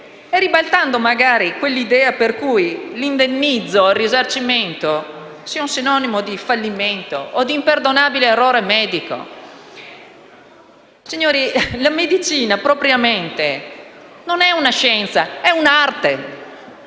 e ribaltando quell'idea per cui l'indennizzo e il risarcimento sono sinonimo di fallimento o di imperdonabile errore medico. Signori, la medicina, propriamente, non è una scienza, ma un'arte.